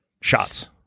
shots